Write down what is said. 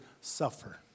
suffer